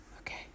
Okay